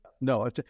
No